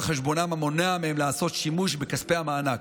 חשבונם המונע מהם לעשות שימוש בכספי המענק.